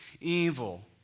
evil